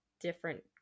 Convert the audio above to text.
different